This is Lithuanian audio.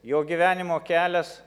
jo gyvenimo kelias